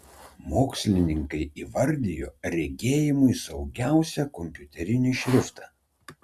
mokslininkai įvardijo regėjimui saugiausią kompiuterinį šriftą